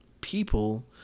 people